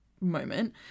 moment